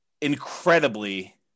incredibly